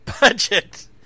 Budget